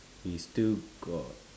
we still got